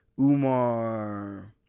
Umar